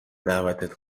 دعوتت